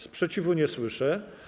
Sprzeciwu nie słyszę.